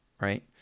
right